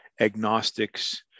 agnostics